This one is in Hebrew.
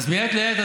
אז מעת לעת,